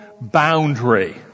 boundary